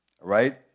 right